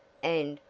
and,